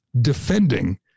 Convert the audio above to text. defending